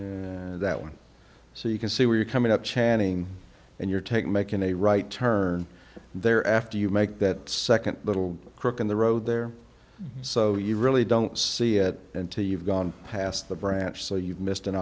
and that one so you can see where you're coming up channing and you're taking making a right turn there after you make that second little crook in the road there so you really don't see it until you've gone past the branch so you've missed an